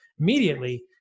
immediately